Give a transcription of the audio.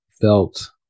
felt